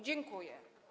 Dziękuję.